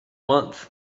month